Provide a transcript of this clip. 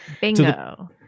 bingo